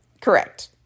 Correct